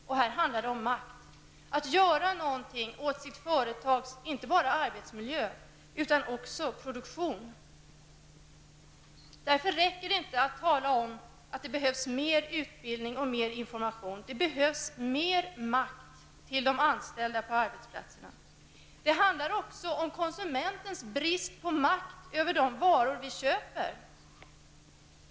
Det handlar här om makt att göra någonting åt inte bara företagets arbetsmiljö utan också dess produktion. Det räcker därför inte att tala om att det behövs mer utbildning och mer information. Det behövs mer makt till de anställda på arbetsplatserna. Det handlar också om den brist på makt över de varor vi köper som vi konsumenter har.